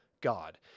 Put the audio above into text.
god